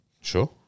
Sure